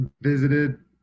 visited